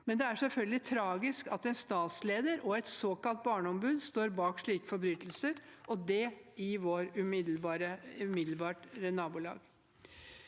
men det er selvfølgelig tragisk at en statsleder og et såkalt barneombud står bak slike forbrytelser, og det i vårt umiddelbare nabolag.